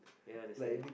ya that's why